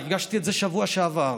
הרגשתי את זה בשבוע שעבר.